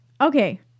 okay